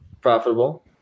profitable